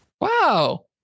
Wow